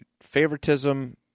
favoritism